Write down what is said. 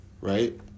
right